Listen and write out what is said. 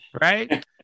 right